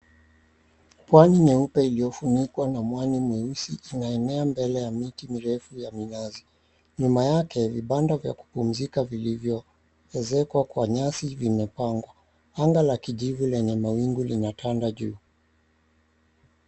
Pwani nyeupe iliyofunikwa na mwani mweusi inaenea mbele ya miti mirefu ya minazi. Nyuma yake vibanda vya kupumzika vilivyoez𝑒kwa kwa nyasi vimepangwa. Anga la kijivu lenye mawingu linatanda juu.